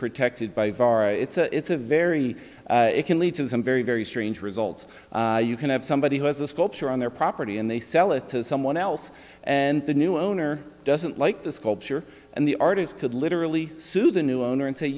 protected by vara it's a very it can lead to some very very strange result you can have somebody who has a sculpture on their property and they sell it to someone else and the new owner doesn't like the sculpture and the artist could literally sue the new owner and say